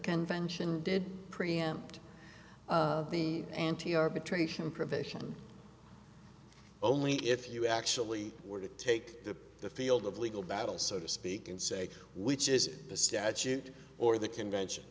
convention did preempt the anti arbitration provision only if you actually were to take to the field of legal battle so to speak and say which is the statute or the convention